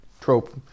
Trope